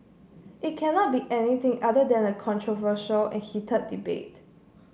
it cannot be anything other than a controversial and heated debate